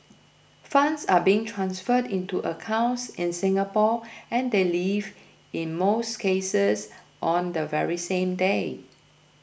funds are being transferred into accounts in Singapore and they leave in most cases on the very same day